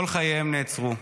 כל חייהם נעצרו.